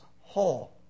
whole